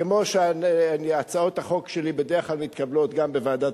כמו שהצעות החוק שלי בדרך כלל מתקבלות גם בוועדת